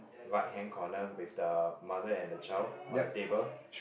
right hand corner with the mother and the child on the table